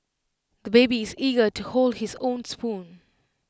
the baby is eager to hold his own spoon